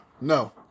No